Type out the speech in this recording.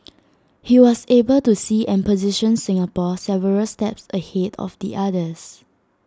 he was able to see and position Singapore several steps ahead of the others